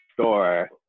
store